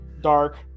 dark